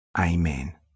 Amen